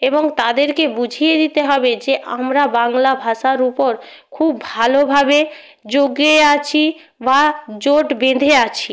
এবং তাদেরকে বুঝিয়ে দিতে হবে যে আমরা বাংলা ভাষার উপর খুব ভালোভাবে যোগে আছি বা জোট বেঁধে আছি